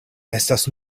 estas